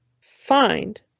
find